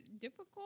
difficult